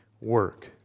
work